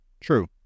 True